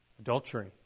adultery